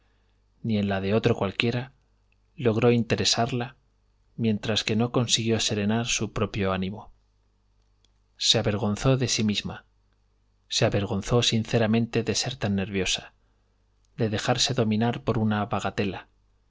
ni en la de otro cualquiera logró interesarla mientras que no consiguió serenar su propio ánimo se avengonzó de sí misma se avergonzó sinceramente de ser tan nerviosa de dejarse dominar por una bagatela